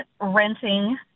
renting